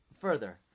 further